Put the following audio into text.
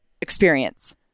experience